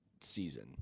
season